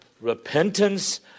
repentance